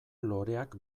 loreak